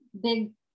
big